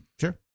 Sure